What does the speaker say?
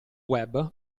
web